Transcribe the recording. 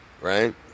right